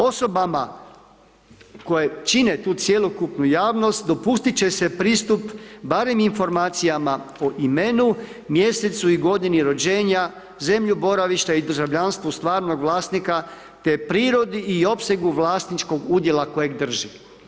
Osobama koje čine tu cjelokupnu javnost dopustit će se pristup barem informacijama o imenu, mjesecu i godini rođenja, zemlju boravišta i državljanstvu stvarnog vlasnika, te prirodni i opsega vlasničkog udjela kojeg drži.